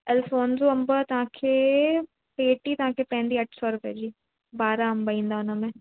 अलफ़ोनज़ो अंब तव्हांखे पेटी तव्हांखे पवंदी अठ सौ रुपए जी ॿारहां अंब ईंदा उन में